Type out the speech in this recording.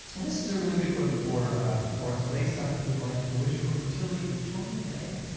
and this is a really good one for for us. lisa would like to wish for fertility for tony and leah.